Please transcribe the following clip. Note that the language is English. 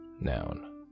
noun